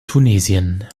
tunesien